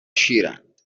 شیرند